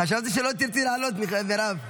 חשבתי שלא תרצי לעלות, מרב.